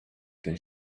ten